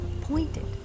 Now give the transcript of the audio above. pointed